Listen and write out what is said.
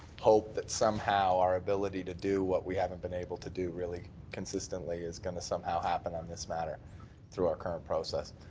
hope that our ability to do what we haven't been able to do really consistently is going to somehow happen on this matter through our current process.